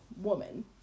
woman